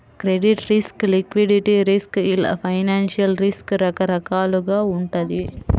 credit risk, liquidity risk ఇలా financial risk రకరకాలుగా వుంటది